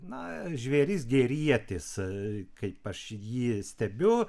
na žvėris gerietis taip kaip aš jį stebiu